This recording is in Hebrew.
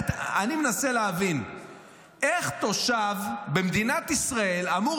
אני מנסה להבין איך תושב במדינת ישראל אמור